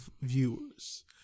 viewers